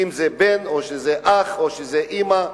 אם בן, או אח, או אמא.